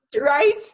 right